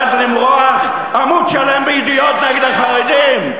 ואז למרוח עמוד שלם ב"ידיעות" נגד החרדים?